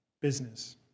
business